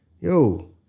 yo